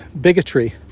bigotry